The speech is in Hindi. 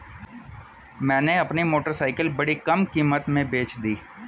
मैंने अपनी मोटरसाइकिल बड़ी कम कीमत में बेंच दी